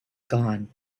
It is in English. gone